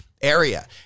area